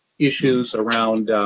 issues around